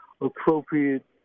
appropriate